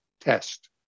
test